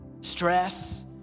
stress